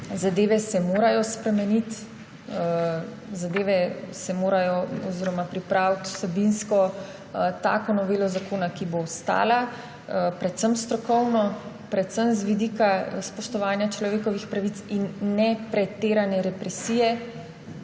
zadeve se morajo spremeniti oziroma pripraviti je treba vsebinsko tako novela zakona, da bo stala, predvsem strokovno, predvsem z vidika spoštovanja človekovih pravic in brez pretirane represije,